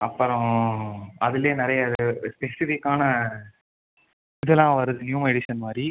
அப்புறம் அதுலேயே நிறைய ஸ்பெசிஃபிக்கான இதெல்லாம் வருது நியூ எடிஷன் மாதிரி